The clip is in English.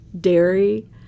dairy